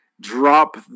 drop